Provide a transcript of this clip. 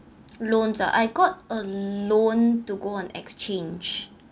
loans ah I got a loan to go on exchange